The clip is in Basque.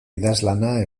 idazlana